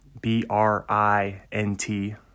B-R-I-N-T